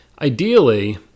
Ideally